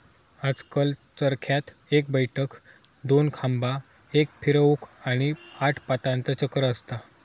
आजकल चरख्यात एक बैठक, दोन खांबा, एक फिरवूक, आणि आठ पातांचा चक्र असता